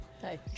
Hi